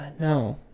no